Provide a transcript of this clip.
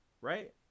Right